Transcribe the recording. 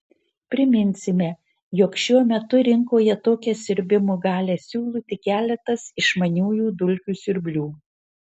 priminsime jog šiuo metu rinkoje tokią siurbimo galią siūlo tik keletas išmaniųjų dulkių siurblių